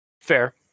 Fair